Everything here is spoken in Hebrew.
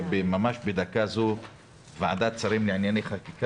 ממש בדקה זו ועדת שרים לענייני חקיקה.